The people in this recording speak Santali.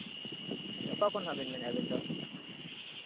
ᱚᱠᱟ ᱠᱷᱚᱱᱟᱜ ᱵᱤᱱ ᱢᱮᱱ ᱮᱫᱟ ᱜᱚᱢᱠᱮ ᱟᱹᱵᱤᱱ ᱫᱚ